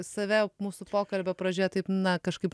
save mūsų pokalbio pradžioje taip na kažkaip